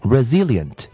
Resilient